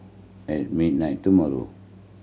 at midnight tomorrow